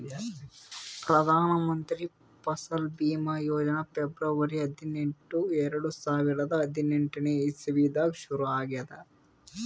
Pradhan Mantri Fasal Bima Yojana February ಹದಿನೆಂಟು, ಎರಡು ಸಾವಿರದಾ ಹದಿನೆಂಟನೇ ಇಸವಿದಾಗ್ ಶುರು ಆಗ್ಯಾದ್